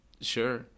Sure